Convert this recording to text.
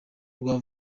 rwe